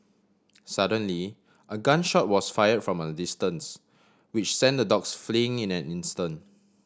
suddenly a gun shot was fire from a distance which sent the dogs fleeing in an instant